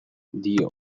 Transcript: dio